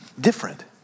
different